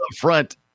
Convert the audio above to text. front